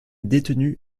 détenue